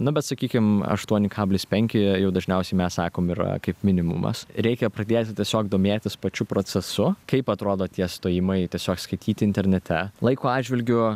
na bet sakykim aštuoni kablis penki jau dažniausiai mes sakom yra kaip minimumas reikia pradėti tiesiog domėtis pačiu procesu kaip atrodo tie stojimai tiesiog skaityti internete laiko atžvilgiu